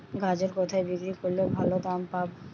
গাজর কোথায় বিক্রি করলে ভালো দাম পাব?